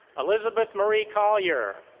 elizabeth marie collier.